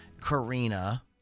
Karina